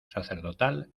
sacerdotal